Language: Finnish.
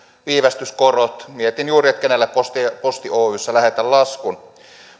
viivästyskorot mietin juuri että kenelle posti oyssä lähetän laskun